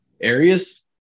areas